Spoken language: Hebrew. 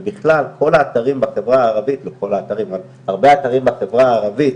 ובכלל הרבה אתרים בחברה הערבית,